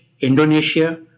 Indonesia